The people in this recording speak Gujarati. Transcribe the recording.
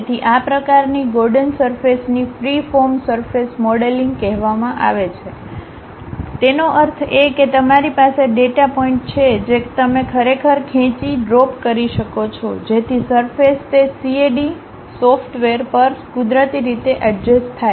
તેથી આ પ્રકારની ગોર્ડન સરફેસને ફ્રીફોર્મ સરફેસ મોડેલિંગ કહેવામાં આવે છે તેનો અર્થ એ કે તમારી પાસે ડેટા પોઇન્ટ છે જે તમે ખરેખર ખેંચી ડ્રોપ કરી શકો છો જેથી સરફેસ તે CAD સોફ્ટવેર પર કુદરતી રીતે અડજસ્ટ થાય